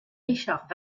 richard